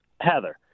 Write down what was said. Heather